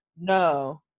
No